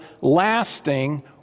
lasting